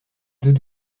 deux